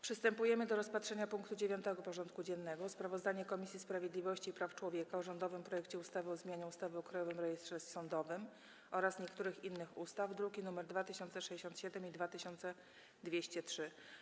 Przystępujemy do rozpatrzenia punktu 9. porządku dziennego: Sprawozdanie Komisji Sprawiedliwości i Praw Człowieka o rządowym projekcie ustawy o zmianie ustawy o Krajowym Rejestrze Sądowym oraz niektórych innych ustaw (druki nr 2067 i 2203)